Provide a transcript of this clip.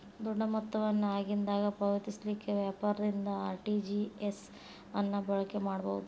ದೊಡ್ಡ ಮೊತ್ತವನ್ನು ಆಗಿಂದಾಗ ಪಾವತಿಸಲಿಕ್ಕೆ ವ್ಯಾಪಾರದಿಂದ ಆರ್.ಟಿ.ಜಿ.ಎಸ್ ಅನ್ನ ಬಳಕೆ ಮಾಡಬಹುದು